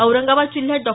औरंगाबाद जिल्ह्यात डॉ